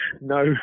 no